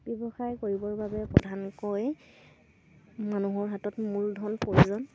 ব্যৱসায় কৰিবৰ বাবে প্ৰধানকৈ মানুহৰ হাতত মূলধল প্ৰয়োজন